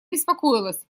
беспокоилась